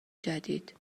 جدید